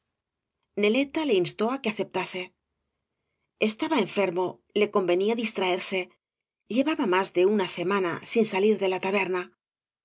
naieta le instó á que aceptase estaba enfermo le convenía distraerse llevaba más de una semana sin salir de la taberna